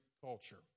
culture